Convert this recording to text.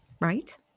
Right